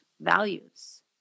values